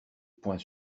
poing